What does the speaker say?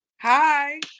Hi